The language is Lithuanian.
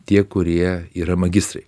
tie kurie yra magistrai